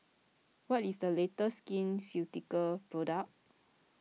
what is the latest Skin Ceutical product